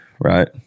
right